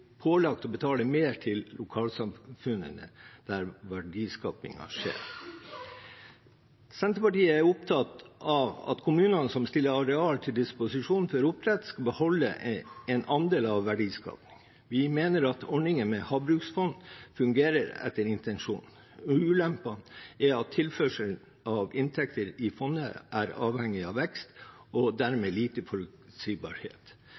pålagt å betale mer til lokalsamfunnene der verdiskapingen skjer. Senterpartiet er opptatt av at kommuner som stiller areal til disposisjon for oppdrett, skal beholde en andel av verdiskapingen. Vi mener at ordningen med havbruksfond fungerer etter intensjonen. Ulempen er at tilførselen av inntekter i fondet er avhengig av vekst og